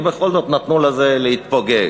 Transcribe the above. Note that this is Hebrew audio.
ובכל זאת נתנו לזה להתפוגג.